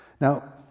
now